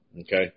Okay